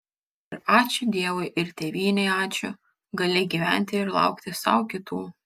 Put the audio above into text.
ir ačiū dievui ir tėvynei ačiū gali gyventi ir laukti sau kitų